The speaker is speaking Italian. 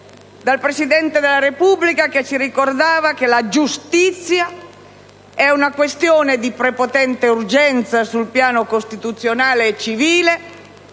dal Presidente della Repubblica, che ci ricordava che la giustizia è una questione di prepotente urgenza sul piano costituzionale e civile